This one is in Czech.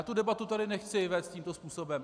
Tu debatu tady nechci vést tímto způsobem.